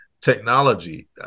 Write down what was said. technology